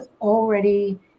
already